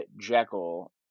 Jekyll